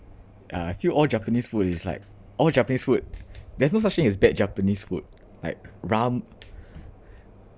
yeah I feel all japanese food is like all japanese food there's no such thing as bad japanese food like ram~